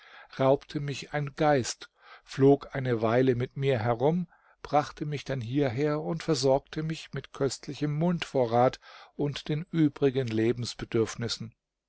raubte mich ein geist flog eine weile mit mir herum brachte mich dann hierher und versorgte mich mit köstlichem mundvorrat und den übrigen